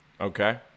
Okay